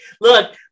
Look